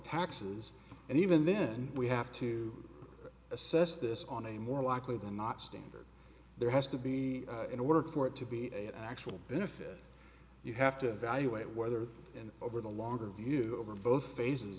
taxes and even then we have to assess this on a more likely than not standard there has to be in order for it to be at actual benefit you have to evaluate whether and over the longer view over both phases